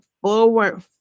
forward